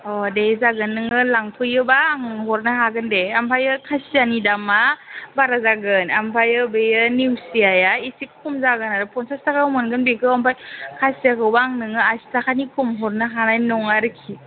अ' दे जागोन नोङो लांफैयोबा आं हरनो हागोन दे ओमफ्रायो खासियानि दामा बारा जागोन ओमफ्रायो बियो नेवसियाया इसे खम जागोन आरो फनसास थाखायाव मोनगोन बेखौ ओमफ्राय खासियाखौबा आं नोंनो आसि थाखानि खम हरनो हानाय नङा आरोखि